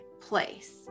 place